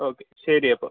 okay ശരി അപ്പോൾ